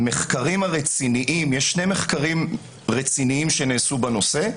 יש שני מחקרים רציניים שנעשו בנושא: